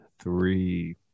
three